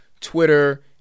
Twitter